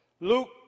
Luke